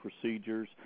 procedures